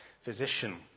physician